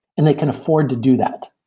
and they can afford to do that,